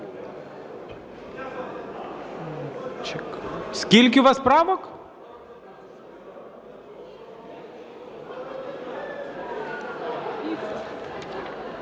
Скільки у вас правок?